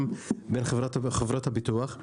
גם בין חברות הביטוח,